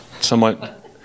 somewhat